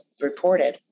reported